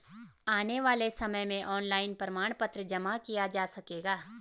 आने वाले समय में ऑनलाइन प्रमाण पत्र जमा किया जा सकेगा